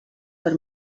per